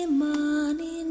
money